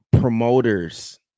Promoters